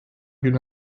günü